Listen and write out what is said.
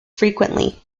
frequently